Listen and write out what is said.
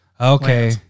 Okay